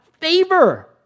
favor